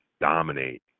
dominate